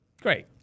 Great